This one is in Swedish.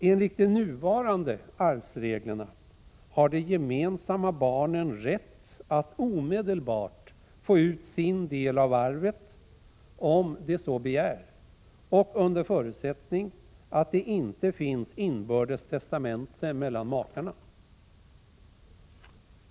Enligt de nuvarande arvsreglerna har de gemensamma barnen rätt att omedelbart få ut sin del av arvet, om de så begär, och under förutsättning att det inte finns inbördes testamente mellan makarna.